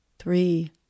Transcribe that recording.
Three